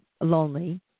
lonely